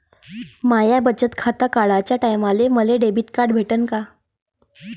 माय बचत खातं काढाच्या टायमाले मले डेबिट कार्ड भेटन का?